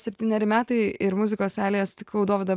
septyneri metai ir muzikos salėje sutikau dovydą